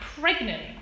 pregnant